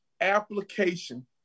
application